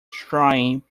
trying